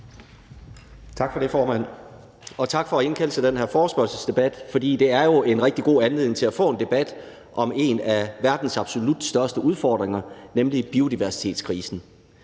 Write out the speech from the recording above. Tak for det, formand, og tak for at indkalde til den her forespørgselsdebat, for det er jo en rigtig god anledning til at få en debat om en af verdens absolut største udfordringer, nemlig biodiversitetskrisen.